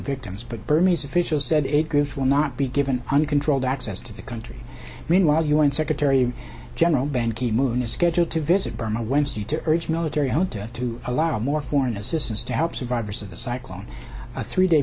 victims but burmese officials said aid groups will not be given uncontrolled access to the country meanwhile u n secretary general ban ki moon is scheduled to visit burma wednesday to urge military junta to allow more foreign assistance to help survivors of the cyclonic a three day